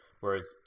Whereas